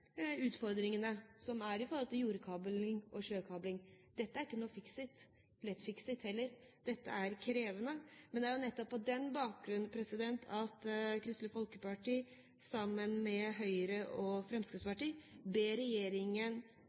utfordringene som er når det gjelder jordkabling og sjøkabling. Dette er ikke noe «fix it» – ikke noe lett «fix it» heller – dette er krevende. Men det er jo nettopp på den bakgrunn at Kristelig Folkeparti, sammen med Høyre og Fremskrittspartiet, ber regjeringen